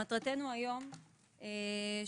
מטרתנו היום היא שאתה,